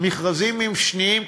למכרזים משניים,